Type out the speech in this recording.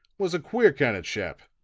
was a queer kind of a chap.